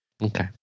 Okay